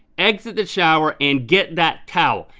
exit the shower and get that towel.